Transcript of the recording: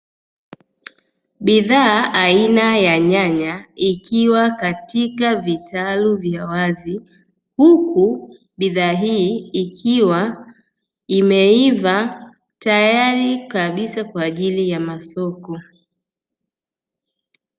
Bidhaa aina ya nyanya, ikiwa katika vitalu vya wazi huku bidhaa hii ikiwa imeiva tayari kabisa kwa ajili ya masoko.